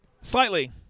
Slightly